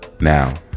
now